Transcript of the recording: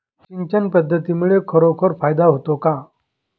सिंचन पद्धतीमुळे खरोखर फायदा होतो का?